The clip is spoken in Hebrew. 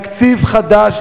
תקציב חדש,